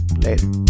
Later